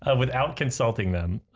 ah without consulting them